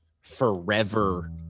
forever